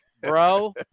bro